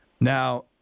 Now